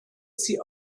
sie